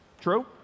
True